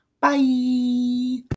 Bye